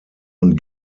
und